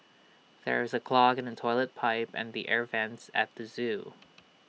there is A clog in the Toilet Pipe and the air Vents at the Zoo